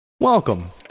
Welcome